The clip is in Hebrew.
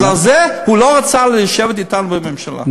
בגלל זה הוא לא רצה לשבת אתנו בממשלה.